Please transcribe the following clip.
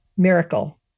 miracle